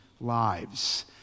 lives